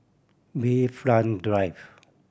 Bayfront Drive